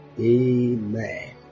Amen